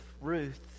Ruth